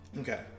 Okay